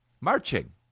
Marching